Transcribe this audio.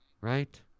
Right